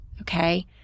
Okay